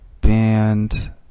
band